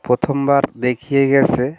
প্রথমবার দেখিয়ে গিয়েছে